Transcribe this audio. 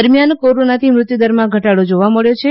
દરમિયાન કોરોનાથી મૃત્યુદરમાં ઘટાડો જોવા મબ્યો છે